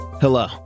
Hello